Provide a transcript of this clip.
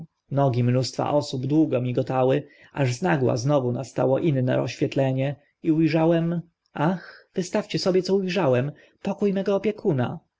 nogi mnóstwa osób długo migotały aż z nagła znów nastało inne oświetlenie i u rzałem ach wystawcie sobie co u rzałem pokó mego opiekuna